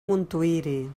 montuïri